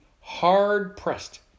hard-pressed